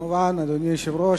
אדוני היושב-ראש,